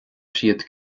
siad